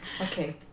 Okay